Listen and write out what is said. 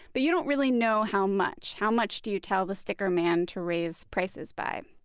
but you don't really know how much, how much do you tell the sticker man to raise prices by.